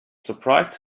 surprised